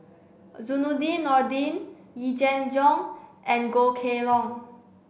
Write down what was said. Zainudin Nordin Yee Jenn Jong and Goh Kheng Long